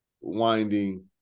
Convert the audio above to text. winding